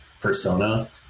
persona